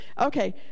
Okay